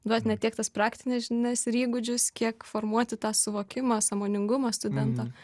duoti ne tiek tas praktines žinias ir įgūdžius kiek formuoti tą suvokimą sąmoningumą studento